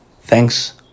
thanks